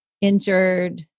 injured